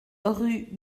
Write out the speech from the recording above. rue